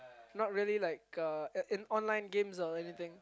not really like uh in in online games or anything